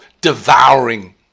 devouring